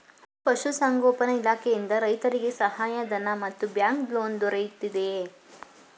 ಪಶು ಸಂಗೋಪನಾ ಇಲಾಖೆಯಿಂದ ರೈತರಿಗೆ ಸಹಾಯ ಧನ ಮತ್ತು ಬ್ಯಾಂಕ್ ಲೋನ್ ದೊರೆಯುತ್ತಿದೆಯೇ?